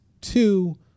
two